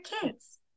kids